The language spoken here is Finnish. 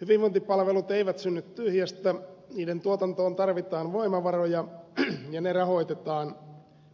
hyvinvointipalvelut eivät synny tyhjästä niiden tuotantoon tarvitaan voimavaroja ja ne rahoitetaan